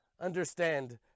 understand